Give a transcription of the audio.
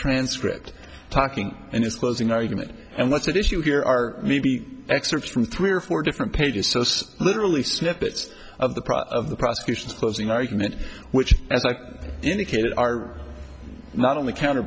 transcript talking in his closing argument and what's at issue here are maybe excerpts from three or four different pages so it's literally snippets of the process of the prosecution's closing argument which as i indicated are not only counter